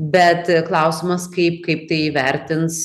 bet klausimas kaip kaip tai įvertins